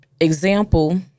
example